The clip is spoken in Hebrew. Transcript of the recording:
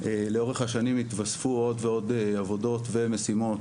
לאורך השנים התווספו עוד ועוד עבודות ומשימות,